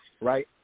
right